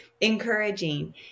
encouraging